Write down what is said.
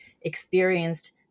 experienced